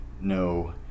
no